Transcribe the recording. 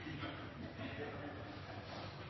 Jeg tenker